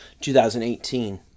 2018